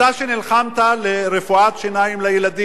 שנלחמת על רפואת שיניים לילדים,